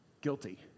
guilty